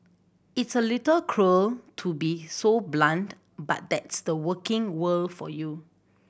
it's a little cruel to be so blunt but that's the working world for you